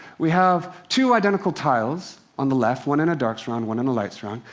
we have two identical tiles on the left, one in a dark surround, one in a light surround.